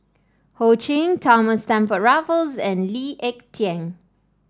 Ho Ching Thomas Stamford Raffles and Lee Ek Tieng